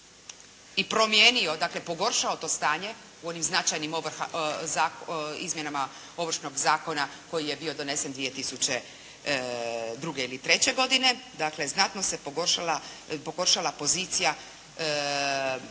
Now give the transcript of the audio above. i promijenio, dakle pogoršao to stanje u onim značajnim izmjenama Ovršnog zakona koji je bio donesen 2002. ili treće godine. Dakle, znatno se pogoršala pozicija običnog